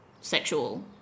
sexual